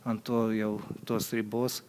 ant to jau tos ribos